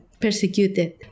persecuted